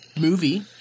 movie